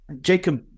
Jacob